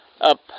up